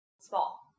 Small